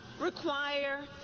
require